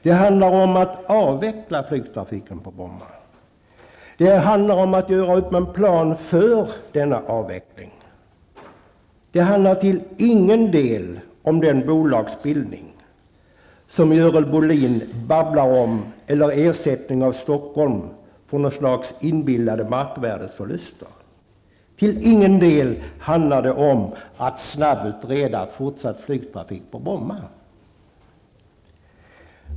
Det handlar om att avveckla den. Det handlar om att göra upp en plan för avvecklingen. Det handlar till ingen del om den bolagsbildning som Görel Bohlin ''babblar'' om eller om någon ersättning från Stockholms län till staten för något slags inbillade markvärdesförluster. Till ingen del handlar det om att snabbutreda fortsatt flygtrafik på Bromma.